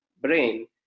brain